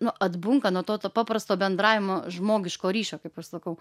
nu atbunka nuo to to paprasto bendravimo žmogiško ryšio kaip aš sakau